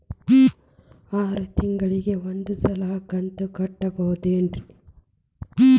ಆರ ತಿಂಗಳಿಗ ಒಂದ್ ಸಲ ಕಂತ ಕಟ್ಟಬಹುದೇನ್ರಿ?